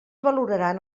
valoraran